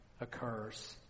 occurs